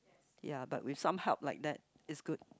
ya but with some help like that is good